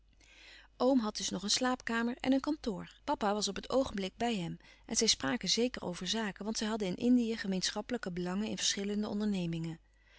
oom had dus nog een slaapkamer en een kantoor papa was op het oogenblik bij hem en zij spraken zeker over zaken want zij hadden in indië gemeenschappelijke belangen in verschillende ondernemingen